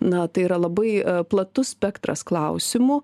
na tai yra labai platus spektras klausimų